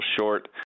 short